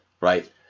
right